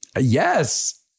Yes